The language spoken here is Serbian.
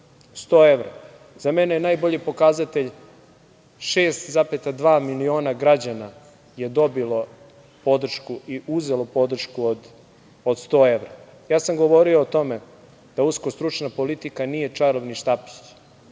100 evra. Za mene je najbolji pokazatelj 6,2 miliona građana je dobilo podršku i uzelo podršku od 100 evra. Govorio sam o tome da usko stručna politika nije čarobni štapić